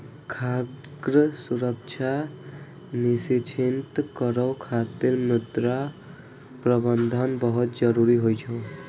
खाद्य सुरक्षा सुनिश्चित करै खातिर मृदा प्रबंधन बहुत जरूरी होइ छै